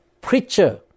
preacher